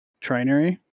trinary